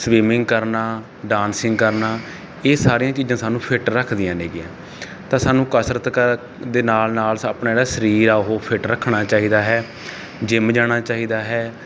swimming ਕਰਨਾ dancing ਕਰਨਾ ਇਹ ਸਾਰੀਆਂ ਚੀਜ਼ਾਂ ਸਾਨੂੰ ਫਿੱਟ ਰੱਖਦੀਆਂ ਨੇ ਗੀਆਂ ਤਾਂ ਸਾਨੂੰ ਕਸਰਤ ਕਰਨ ਦੇ ਨਾਲ ਨਾਲ ਸ ਆਪਣਾ ਜਿਹੜਾ ਸਰੀਰ ਆ ਉਹ ਫਿੱਟ ਰੱਖਣਾ ਚਾਹੀਦਾ ਹੈ ਜਿਮ ਜਾਣਾ ਚਾਹੀਦਾ ਹੈ